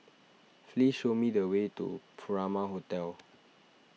please show me the way to Furama Hotel